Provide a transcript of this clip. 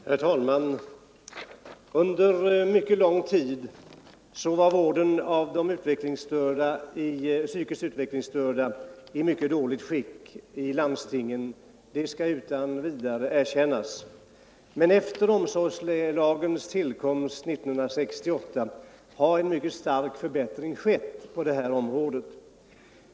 Herr talman! Under mycket lång tid var vården av de psykiskt utvecklingsstörda mycket dålig i landstingen. Det skall utan vidare erkännas. Men efter omsorgslagens tillkomst 1968 har en mycket stark förbättring skett på detta område.